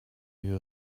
you